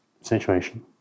situation